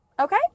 okay